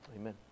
Amen